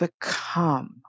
Become